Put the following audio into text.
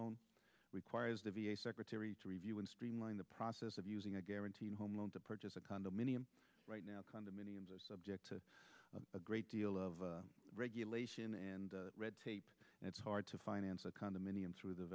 loan requires the v a secretary to review and streamline the process of using a guaranteed home loan to purchase a condominium right now condominiums are subject to a great deal of regulation and red tape and it's hard to finance a condominium through the